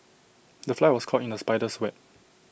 the fly was caught in the spider's web